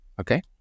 Okay